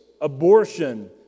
abortion